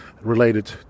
related